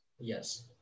yes